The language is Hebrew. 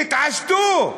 תתעשתו.